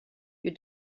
you